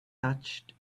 touched